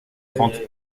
trente